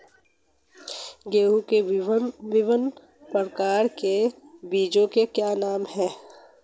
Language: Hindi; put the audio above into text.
गेहूँ के विभिन्न प्रकार के बीजों के क्या नाम हैं?